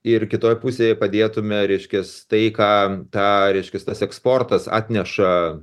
ir kitoje pusėje padėtume reiškias tai ką tą reiškias tas eksportas atneša